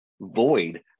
void